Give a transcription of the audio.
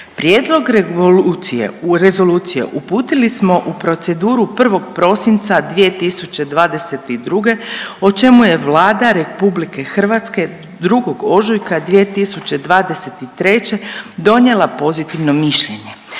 Prijedlog rezolucije uputili smo u proceduru 1. prosinca 2022. o čemu je Vlada RH 2. ožujka 2023. donijela pozitivno mišljenje.